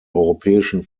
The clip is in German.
europäischen